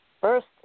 First